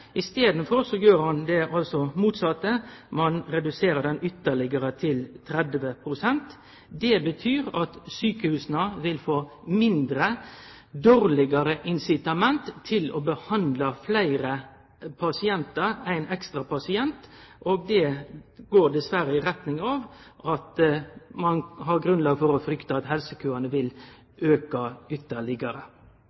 motsette, ein reduserer han ytterlegare, til 30 pst. Det betyr at sjukehusa vil få mindre og dårlegare incitament til å behandle fleire pasientar – ein ekstra pasient – og det går dessverre i retning av at ein har grunnlag for å frykte at helsekøane vil